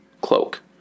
cloak